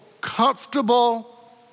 comfortable